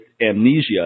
amnesia